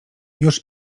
już